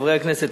חברי הכנסת,